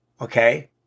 okay